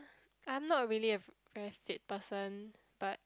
I am not really a very fit person but